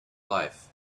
life